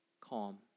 calm